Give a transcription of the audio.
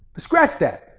scratch that.